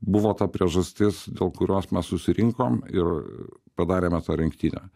buvo ta priežastis dėl kurios mes susirinkom ir padarėme tą rinktinę